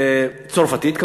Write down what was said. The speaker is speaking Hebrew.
צרפתית,